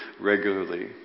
regularly